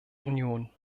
union